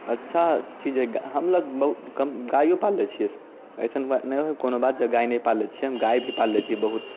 अच्छा चीज हय गाय हमलोग गाइयो पालने छियै एसन बात नहि हय कोनो बात जे गाय नहि पालने छियै हम गाय भी पालने छियै बहुत